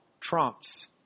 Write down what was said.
trumps